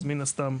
אז מן הסתם,